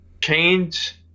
Change